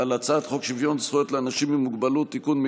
על הצעת חוק שוויון זכויות לאנשים עם מוגבלות (תיקון,